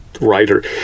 writer